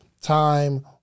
time